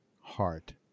heart